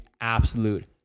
absolute